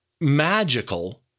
magical